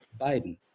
Biden